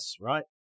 right